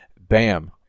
bam